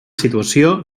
situació